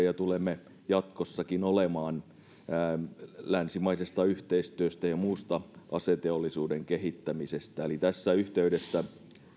ja tulemme jatkossakin olemaan erittäin riippuvaisia länsimaisesta yhteistyöstä ja muusta aseteollisuuden kehittämisestä eli tässä yhteydessä